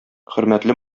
хөрмәтле